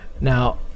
Now